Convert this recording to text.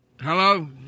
Hello